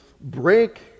break